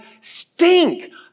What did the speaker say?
stink